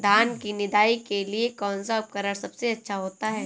धान की निदाई के लिए कौन सा उपकरण सबसे अच्छा होता है?